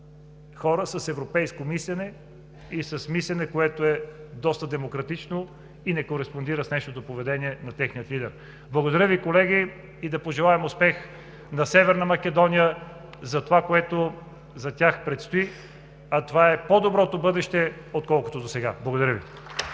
хора с европейско мислене, с мислене доста демократично, което не кореспондира с днешното поведение на техния лидер. Благодаря Ви, колеги! Да пожелаем успех на Северна Македония за това, което предстои за тях, а това е по-доброто бъдеще, отколкото досега! Благодаря Ви.